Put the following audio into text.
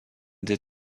des